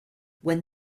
when